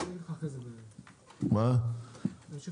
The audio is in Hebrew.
אני אסביר